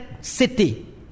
city